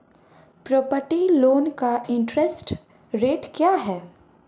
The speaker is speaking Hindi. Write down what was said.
प्रॉपर्टी लोंन का इंट्रेस्ट रेट क्या है?